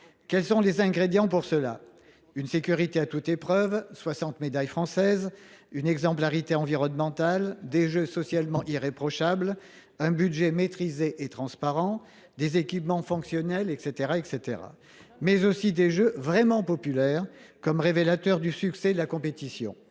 en être les ingrédients ? Une sécurité à toute épreuve ; soixante médailles françaises ; une exemplarité environnementale ; des Jeux socialement irréprochables ; un budget maîtrisé et transparent ; des équipements fonctionnels ; mais aussi des Jeux vraiment populaires, pierre de touche du succès de la compétition.